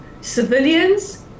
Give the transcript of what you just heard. civilians